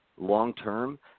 long-term